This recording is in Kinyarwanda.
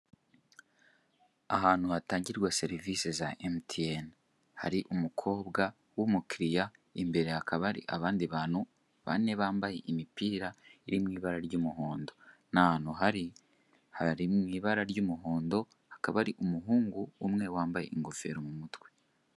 Ahantu hatangirwa serivise za MTN. Hari umukobwa w'umukiriya, imbere hakaba hari abandi bantu bane bambaye imipira iri mu ibara ry'umuhondo. Ni ahantu hari mu ibara ry'umuhondo, hakaba hari umuhungu umwe wambaye ingofero mu mutwe.